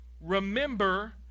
Remember